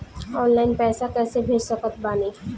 Online पैसा कैसे भेज सकत बानी?